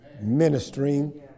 ministering